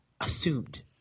Assumed